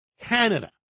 Canada